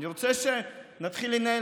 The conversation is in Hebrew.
אני רוצה שנתחיל לנהל